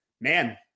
man